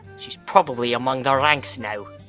she's probably among their ranks now.